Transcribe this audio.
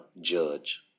judge